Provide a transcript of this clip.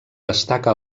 destaca